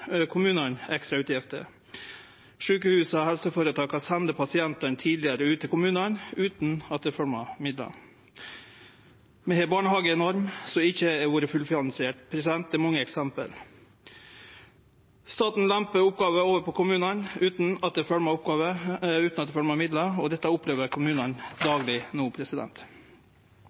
kommunane. Samhandlingsreforma gjev òg kommunane ekstra utgifter. Sjukehusa og helseføretaka sender pasientane tidlegare ut til kommunane, utan at det følgjer med midlar. Vi har ei barnehagenorm som ikkje har vore fullfinansiert. Det er mange eksempel. Staten lempar oppgåver over på kommunane, utan at det følgjer med midlar. Dette opplever kommunane dagleg.